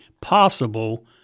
possible